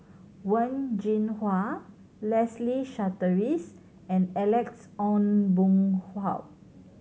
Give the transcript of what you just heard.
Wen Jinhua Leslie Charteris and Alex Ong Boon Hau